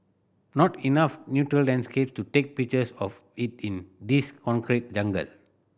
not enough natural landscape to take pictures of it in this concrete jungle